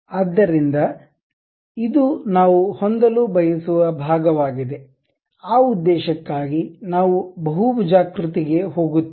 ಆದ್ದರಿಂದ ಇದು ನಾವು ಹೊಂದಲು ಬಯಸುವ ಭಾಗವಾಗಿದೆ ಆ ಉದ್ದೇಶಕ್ಕಾಗಿ ನಾವು ಬಹುಭುಜಾಕೃತಿಗೆ ಹೋಗುತ್ತೇವೆ